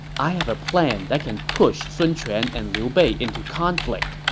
i have a plan that can push sun quan and liu bei into conflict,